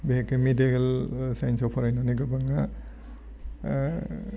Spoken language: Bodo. बेखौ मेडिकेल साइन्सआव फरायनानै गोबाङा